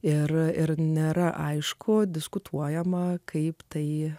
ir nėra aišku diskutuojama kaip tai